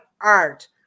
art